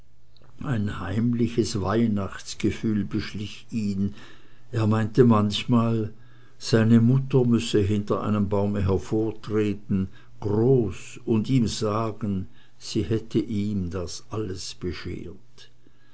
ein heimliches weihnachtsgefühl beschlich ihn er meinte manchmal seine mutter müsse hinter einem baume hervortreten groß und ihm sagen sie hatte ihm dies alles beschert